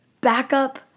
backup